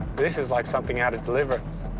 this is, like, something out of deliverance.